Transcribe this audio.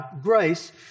grace